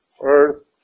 earth